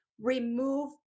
remove